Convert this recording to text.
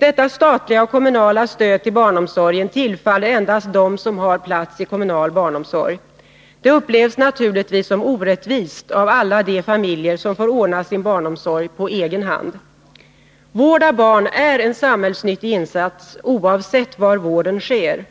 Detta statliga och kommunala stöd till barnomsorgen tillfaller endast dem som har plats i kommunal' barnomsorg. Detta upplevs naturligtvis som orättvist av alla de familjer som får ordna sin barnomsorg på egen hand. Vård av barn är en samhällsnyttig insats, oavsett var vården sker.